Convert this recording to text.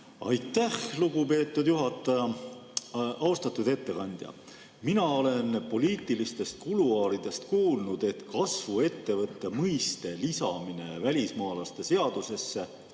Aitäh, lugupeetud juhataja! Austatud ettekandja! Mina olen poliitilistest kuluaaridest kuulnud, et kasvuettevõtte mõiste lisati välismaalaste seadusesse,